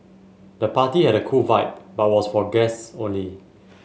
the party had a cool vibe but was for guests only